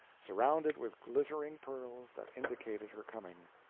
surrounded with glittering pearls, that indicated her coming.